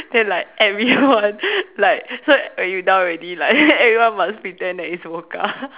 then like everyone like so when you down already like everyone must pretend that it's vodka